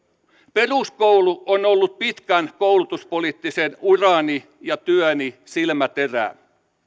peruskoulu on ollut pitkän koulutuspoliittisen urani ja työni silmäterä